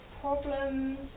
problems